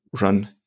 run